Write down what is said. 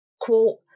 quote